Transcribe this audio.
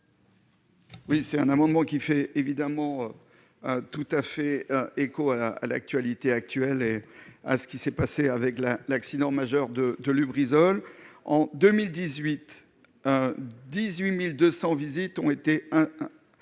Oui, c'est un amendement qui fait évidemment tout à fait écho à la à l'actualité actuel et à ce qui s'est passé avec la l'accident majeur de de Lubrizol en 2018, 18200 visites ont été un